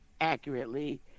accurately